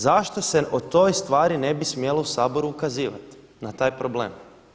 Zašto se o toj stvari ne bi smjelo u Saboru ukazivati na taj problem?